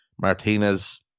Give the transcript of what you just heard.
Martinez